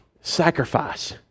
Sacrifice